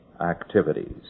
activities